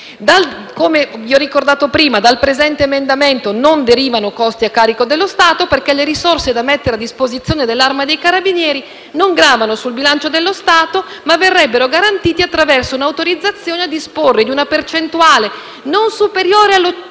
Come ho ricordato prima, dal presente emendamento non derivano costi a carico dello Stato, perché le risorse da mettere a disposizione dell'Arma dei carabinieri non gravano sul bilancio dello Stato, ma verrebbero garantite attraverso un'autorizzazione a disporre di una percentuale non superiore allo